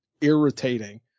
irritating